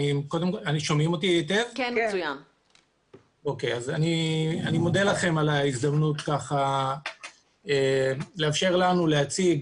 אני מודה לכם על ההזדמנות לאפשר לנו להציג,